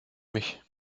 mich